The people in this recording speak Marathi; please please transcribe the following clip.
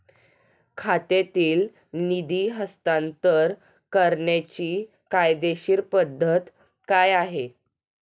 खात्यातील निधी हस्तांतर करण्याची कायदेशीर पद्धत काय आहे?